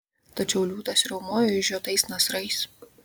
tačiau liūtas riaumojo išžiotais nasrais